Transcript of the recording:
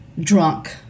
drunk